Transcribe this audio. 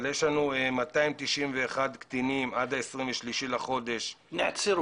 אבל יש לנו 291 קטינים עד 23 לחודש שנעצרו,